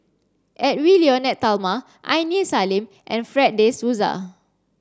Edwy Lyonet Talma Aini Salim and Fred de Souza